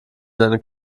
seine